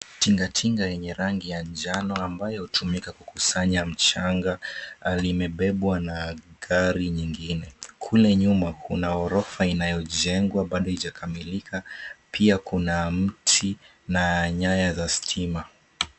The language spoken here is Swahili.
Tingatinga yenye rangi ya njano ambayo hutumika kukusanya mchanga limebebwa na gari nyingine, kule nyuma kuna ghorofa inayojengwa bado haijakamilila, pia kuna mti na nyaya za stima.